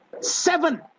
seven